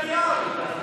תצטט, נתניהו.